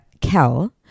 Kel